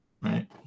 Right